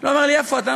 הוא אומר לי: איפה אתה?